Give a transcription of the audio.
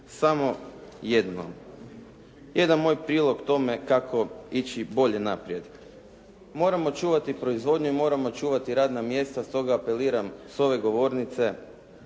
samo jedno. Jedan moj prilog tome kako ići bolje naprijed. Moramo čuvati proizvodnju i moramo čuvati radna mjesta stoga apeliram s ove govornice